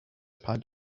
pat